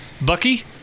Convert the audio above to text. Bucky